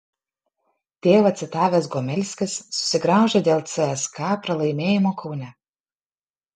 tėvą citavęs gomelskis susigraužė dėl cska pralaimėjimo kaune